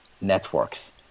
networks